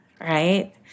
right